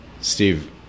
Steve